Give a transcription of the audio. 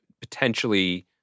potentially